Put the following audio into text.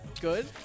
Good